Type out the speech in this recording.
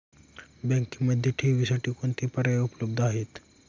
बँकेमध्ये ठेवींसाठी कोणते पर्याय उपलब्ध आहेत?